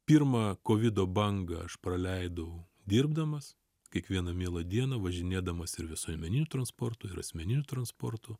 pirmą kovido bangą aš praleidau dirbdamas kiekvieną mielą dieną važinėdamas ir visuomeniniu transportu ir asmeniniu transportu